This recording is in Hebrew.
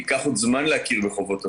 ייקח עוד זמן להכיר בחובות האבודים.